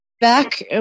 back